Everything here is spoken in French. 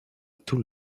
tout